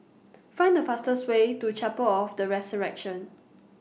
Find The fastest Way to Chapel of The Resurrection